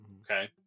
okay